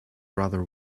rather